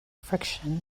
friction